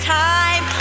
time